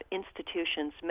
institutions